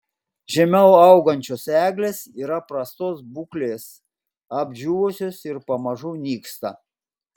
žemiau augančios eglės yra prastos būklės apdžiūvusios ir pamažu nyksta